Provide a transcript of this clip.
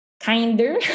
kinder